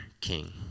King